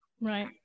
Right